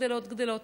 גדלות גדלות.